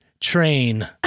train